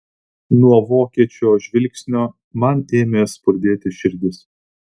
nuo vokiečio žvilgsnio man ėmė spurdėti širdis